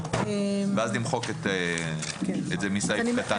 ואז למחוק את זה מסעיף קטן (ו)?